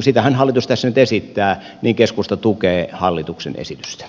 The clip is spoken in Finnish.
sitähän hallitus tässä nyt esittää keskusta tukee hallituksen esitystä